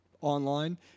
online